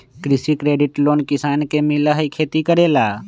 कृषि credit loan किसान के मिलहई खेती करेला?